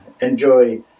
enjoy